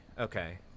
okay